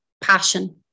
passion